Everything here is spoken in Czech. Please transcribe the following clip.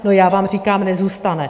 No já vám říkám, nezůstane.